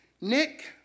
Nick